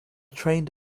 trained